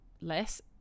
less